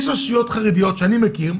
יש רשויות חרדיות שאני מכיר,